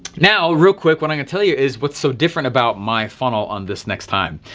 now real quick, when i can tell you is what's so different about my funnel on this next time.